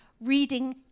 reading